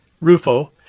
Rufo